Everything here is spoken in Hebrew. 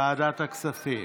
ועדת הכספים.